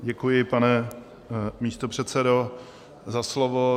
Děkuji, pane místopředsedo, za slovo.